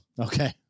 Okay